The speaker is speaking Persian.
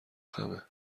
خمه